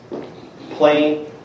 Plain